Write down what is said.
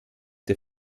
der